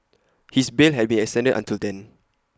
his bail has been extended until then